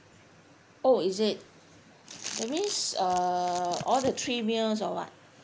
oh is it that means uh all the three meals or what